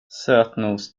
sötnos